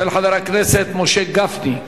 של חבר הכנסת משה גפני,